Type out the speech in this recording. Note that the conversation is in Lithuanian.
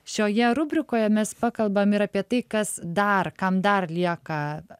šioje rubrikoje mes pakalbam ir apie tai kas dar kam dar lieka